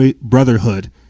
brotherhood